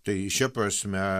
tai šia prasme